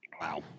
Wow